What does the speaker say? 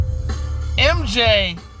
MJ